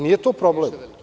Nije to problem.